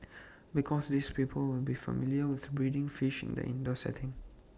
because these people will be familiar with breeding fish in the indoor setting